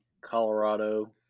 Colorado